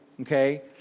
Okay